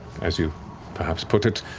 as you perhaps put it,